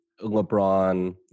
LeBron